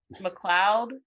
McLeod